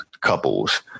couples